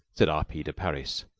said r. p. de parys.